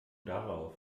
darauf